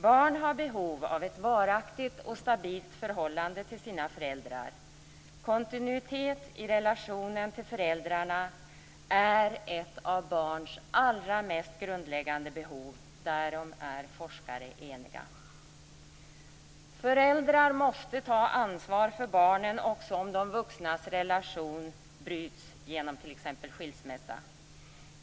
Barn har behov av ett varaktigt och stabilt förhållande till sina föräldrar. Kontinuitet i relationen till föräldrarna är ett av barns allra mest grundläggande behov. Därom är forskare eniga. Föräldrar måste ta ansvar för barnen också om de vuxnas relation bryts på grund av t.ex. skilsmässa.